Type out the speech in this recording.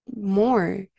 more